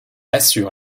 assure